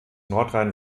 nordrhein